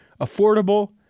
affordable